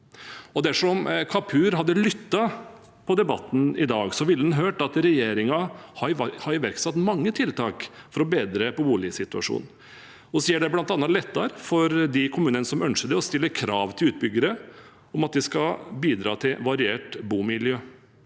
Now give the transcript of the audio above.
Dersom Kapur hadde lyttet til debatten i dag, ville han hørt at regjeringen har iverksatt mange tiltak for å bedre boligsituasjonen. Vi gjør det bl.a. lettere for de kommunene som ønsker det, å stille krav til utbyggere om at de skal bidra til variert bomiljø.